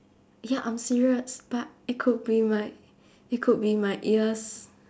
ya I'm serious but it could be my it could be my ears